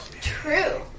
True